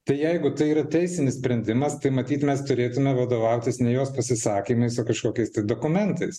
tai jeigu tai yra teisinis sprendimas tai matyt mes turėtume vadovautis ne jos pasisakymais o kažkokiais dokumentais